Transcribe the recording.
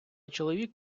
чоловік